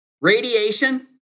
Radiation